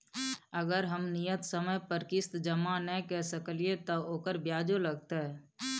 अगर हम नियत समय पर किस्त जमा नय के सकलिए त ओकर ब्याजो लगतै?